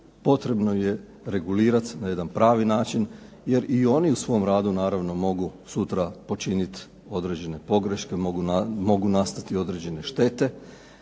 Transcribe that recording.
potrebno je regulirati na jedan pravi način jer i oni u svom radu naravno mogu sutra počiniti određene pogreške, mogu nastati određene štete.